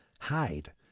hide